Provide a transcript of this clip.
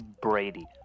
Brady